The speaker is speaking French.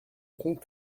compte